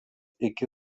iki